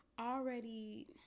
already